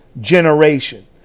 generation